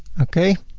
okay.